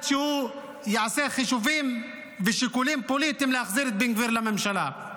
שהוא יעשה חישובים ושיקולים פוליטיים להחזיר את בן גביר לממשלה.